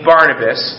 Barnabas